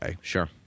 Sure